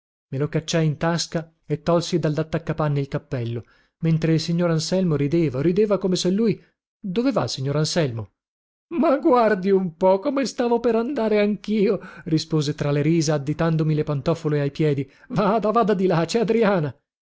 me lo cacciai in tasca e tolsi dallattaccapanni il cappello mentre il signor anselmo rideva rideva come se lui dove va signor anselmo ma guardi un po come stavo per andare anchio rispose tra le risa additandomi le pantofole ai piedi vada vada di là cè adriana